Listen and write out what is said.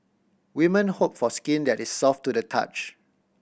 women hope for skin that is soft to the touch